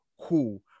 cool